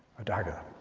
a dagger.